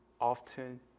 often